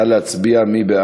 התשע"ו 2016, בקריאה ראשונה.